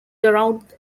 around